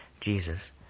Jesus